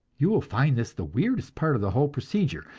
you will find this the weirdest part of the whole procedure,